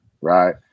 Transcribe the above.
right